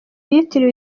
yitiriwe